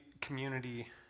community